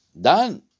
done